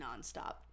nonstop